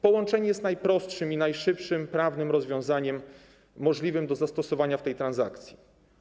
Połączenie jest najprostszym i najszybszym prawnym rozwiązaniem możliwym do zastosowania w tej transakcji.